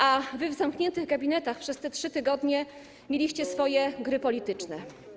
A wy w zamkniętych gabinetach przez te 3 tygodnie mieliście swoje gry polityczne.